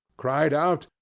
cried out,